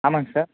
ஆமாங்க சார்